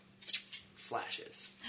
Flashes